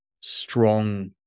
strong